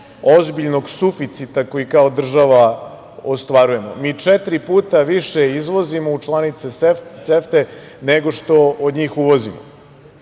ozbiljnog suficita koji kao država ostvarujemo. Mi četiri puta više izvozimo u članice CEFTA nego što od njih uvozimo.